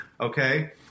okay